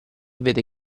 vede